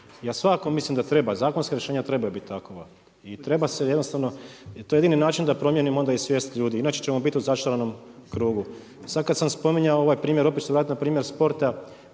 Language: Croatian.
Ja svako mislim da treba, zakonska rješenja trebaju biti takva. I treba se jednostavno, to je jedini način da promijenimo onda i svijest ljudi, inače ćemo biti u začaranom krugu. Sada kada sam spominjao ovaj primjer, opet ću se vratiti na primjer sporta,